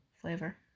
flavor